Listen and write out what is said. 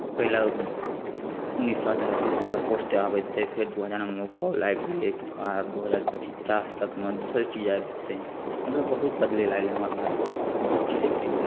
पहिले उनैस सए अठासी सभमे पोस्ट आबैत रहै फेर दू हजारमे कॉल आबि गेलै तकर बाद आब दू हजार पची पचास तकमे दोसर कोनो चीज आबि जेतै मतलब बहुत बदलय लागलैए हमर भारत बहुत चीज एक्टिव भेलए